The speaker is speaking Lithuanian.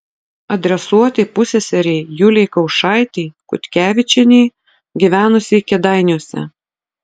adresuoti pusseserei julei kaušaitei kutkevičienei gyvenusiai kėdainiuose